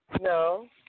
No